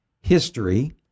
history